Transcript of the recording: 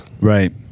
Right